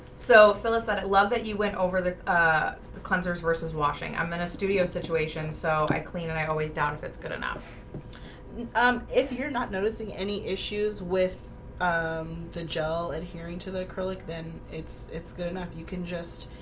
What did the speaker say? so phyllis said i love that you went over the ah the cleansers versus washing. i'm in a studio situation so i clean and i always doubt if it's good enough um, if you're not noticing any issues with um the gel adhering to the acrylic then it's it's good enough you can just